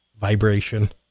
vibration